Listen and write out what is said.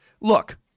look